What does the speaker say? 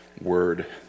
word